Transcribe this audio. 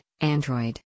Android